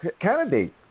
candidates